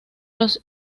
los